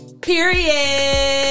period